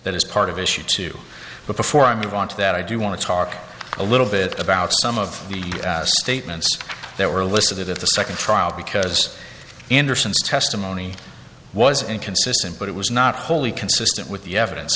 that is part of issue two before i move on to that i do want to talk a little bit about some of the statements that were listed at the second trial because anderson's testimony was inconsistent but it was not wholly consistent with the evidence